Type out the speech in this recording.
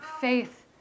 faith